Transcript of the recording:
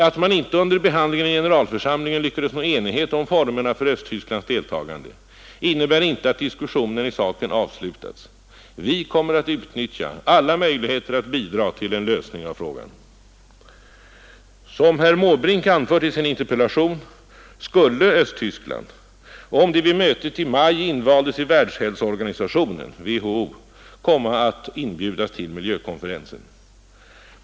Att man inte under behandlingen i generalförsamlingen lyckades nå enighet om formerna för Östtysklands deltagande innebär inte att diskussionen i saken avslutats. Vi kommer att utnyttja alla möjligheter att bidra till en lösning av frågan. det vid mötet i maj invaldes i Världshälsoorganisationen, WHO, komma att inbjudas till miljökonferensen.